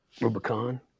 Rubicon